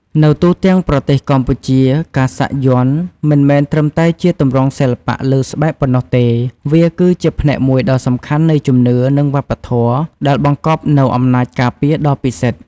នៅទូទាំងប្រទេសកម្ពុជា ការសាក់យ័ន្តមិនមែនត្រឹមតែជាទម្រង់សិល្បៈលើស្បែកប៉ុណ្ណោះទេ វាគឺជាផ្នែកមួយដ៏សំខាន់នៃជំនឿ និងវប្បធម៌ ដែលបង្កប់នូវអំណាចការពារដ៏ពិសិដ្ឋ។